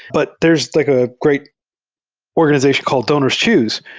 but there's like a great organization called donors choose,